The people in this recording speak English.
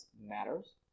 matters